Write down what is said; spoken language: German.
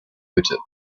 hütte